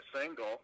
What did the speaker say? single